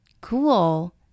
Cool